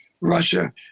Russia